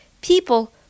people